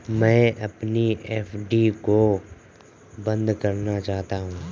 मैं अपनी एफ.डी को बंद करना चाहता हूँ